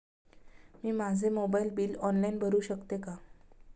मी माझे mobile bill online भरू शकते का?